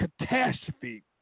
catastrophe